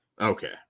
Okay